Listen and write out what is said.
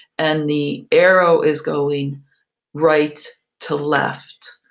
and the arrow is going right to left.